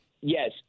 Yes